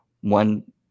one